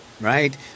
right